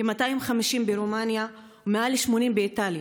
כ-250, ברומניה ומעל ל-80, באיטליה,